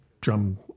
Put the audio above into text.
drum